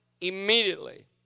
immediately